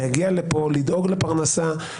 להגיע לפה לדאוג לפרנסה,